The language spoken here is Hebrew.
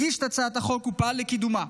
הגיש את הצעת החוק ופעל לקידומה.